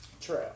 True